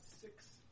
six